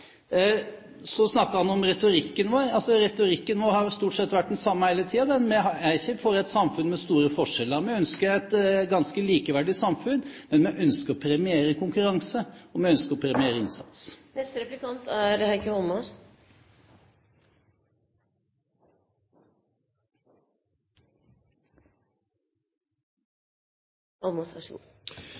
Så snakket han om retorikken vår. Retorikken vår har stort sett vært den samme hele tiden. Vi er ikke for et samfunn med store forskjeller. Vi ønsker et ganske likeverdig samfunn, men vi ønsker å premiere konkurranse. Og vi ønsker å premiere innsats. Det er